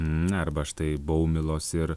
na arba štai baumilos ir